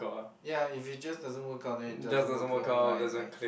ya if it just doesn't work out then it doesn't work out like like